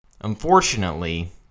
Unfortunately